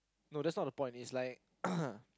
no that's not the point it's like